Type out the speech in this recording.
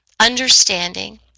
understanding